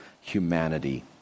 humanity